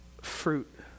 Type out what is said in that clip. fruit